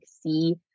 see